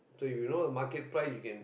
so you know market price we can